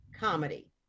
comedy